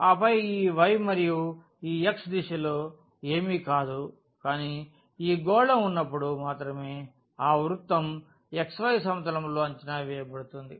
ఆపై ఈ y మరియు ఈ x దిశలో ఇది ఏమీ కాదు కానీ ఈ గోళం ఉన్నప్పుడు మాత్రమే ఆ వృత్తం xy సమతలంలో అంచనా వేయబడుతుంది